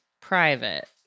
Private